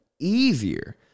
easier